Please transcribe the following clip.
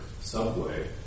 subway